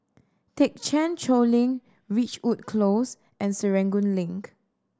Thekchen Choling Ridgewood Close and Serangoon Link